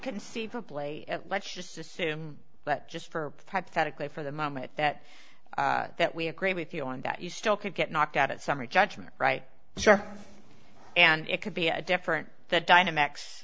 conceivably let's just assume that just for hypothetically for the moment that that we agree with you and that you still could get knocked out at summary judgment right sure and it could be a different the dynamics